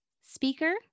speaker